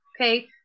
Okay